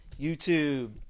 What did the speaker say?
youtube